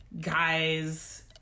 guys